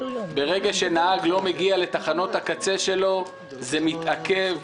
ברגע שנהג לא מגיע לתחנות הקצה שלו זה מתעכב.